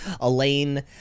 Elaine